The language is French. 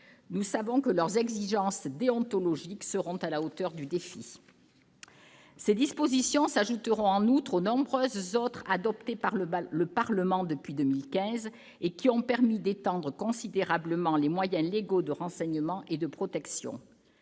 Nous savons que leurs exigences déontologiques seront à la hauteur du défi. En outre, ces dispositions s'ajouteront aux nombreuses mesures que le Parlement a adoptées depuis 2015 et qui ont permis d'étendre considérablement les moyens légaux de renseignement et de protection.